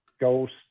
ghost